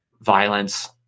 violence